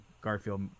Garfield